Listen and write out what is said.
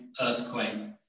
earthquake